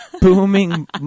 booming